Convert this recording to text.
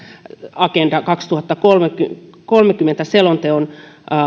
agenda kaksituhattakolmekymmentä selonteon